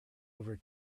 over